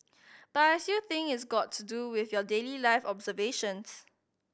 but I still think is got to do with your daily life observations